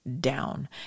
down